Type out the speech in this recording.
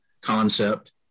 concept